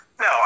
No